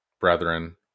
brethren